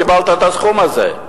קיבלת את הסכום הזה.